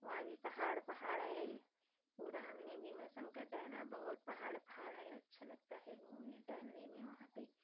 वहाँ भी पहाड़ पहाड़ है पूरा हमने भीमाशंकर टहला बहुत पहाड़ पहाड़ है अच्छा लगता है घूमने टहलने में वहाँ पर